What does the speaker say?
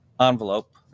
envelope